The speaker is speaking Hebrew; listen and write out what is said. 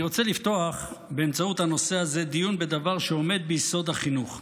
אני רוצה לפתוח באמצעות הנושא הזה דיון בדבר שעומד ביסוד החינוך.